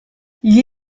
gli